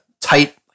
tight